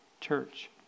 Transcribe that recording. church